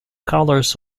colours